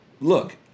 Look